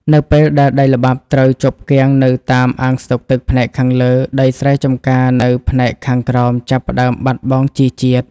នៅពេលដែលដីល្បាប់ត្រូវជាប់គាំងនៅតាមអាងស្តុកទឹកផ្នែកខាងលើ ដីស្រែចម្ការនៅផ្នែកខាងក្រោមចាប់ផ្ដើមបាត់បង់ជីជាតិ។